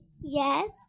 Yes